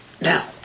Now